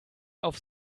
auf